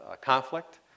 conflict